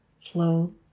flow